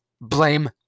blame